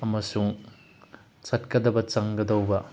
ꯑꯃꯁꯨꯡ ꯆꯠꯀꯗꯕ ꯆꯪꯒꯧꯗꯕ